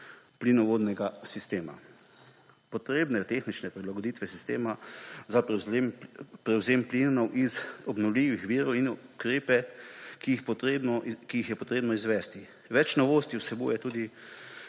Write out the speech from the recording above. plinovodnega sistema, potrebne tehnične prilagoditve sistema za prevzem plinov iz obnovljivih virov in ukrepe, ki jih je potrebno izvesti. Več novosti vsebuje tudi